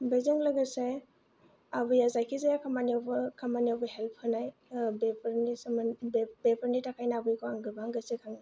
बेजों लोगोसे आबैया जायखिजाया खामानियावबो हेल्प होनाय बेफोरनि थाखायनो आबैखौ आं गोबां गोसोखाङो